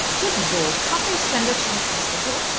good lord, can't they send her to a hospital?